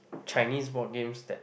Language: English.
Chinese board games that